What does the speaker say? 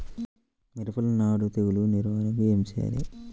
మిరపలో నానుడి తెగులు నివారణకు ఏమి చేయాలి?